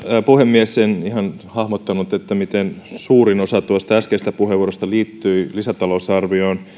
puhemies en ihan hahmottanut miten suurin osa tuosta äskeisestä puheenvuorosta liittyi lisätalousarvioon